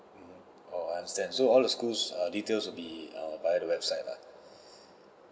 oh I understand so all the schools err details will be err by the website lah